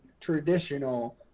traditional